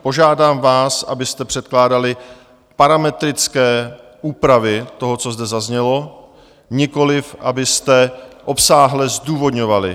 Požádám vás, abyste předkládali parametrické úpravy toho, co zde zaznělo, nikoliv abyste obsáhle zdůvodňovali.